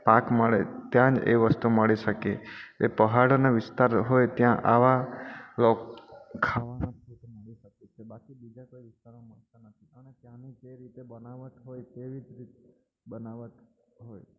પાક મળે ત્યાં જ એ વસ્તુ મળી શકે એ પહાડના વિસ્તાર હોય ત્યાં આવા લોક ખાવાનું છે તે મળી શકે છે બાકી બીજા કોઈ વિસ્તારમાં મળતા નથી અને ત્યાંની જે રીતે બનાવટ હોય તેવી જ રીત બનાવટ હોય